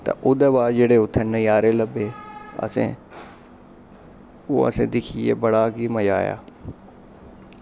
ते ओह्दे बाद जेह्ड़े उत्थें नज़ारे लब्भे असें ओह् असें दिक्खियै बड़ा मज़ा आया